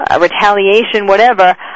retaliation—whatever